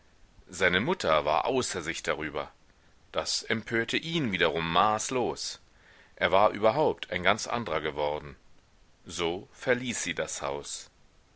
seine mutter war außer sich darüber das empörte ihn wiederum maßlos er war überhaupt ein ganz andrer geworden so verließ sie das haus